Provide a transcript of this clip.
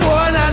one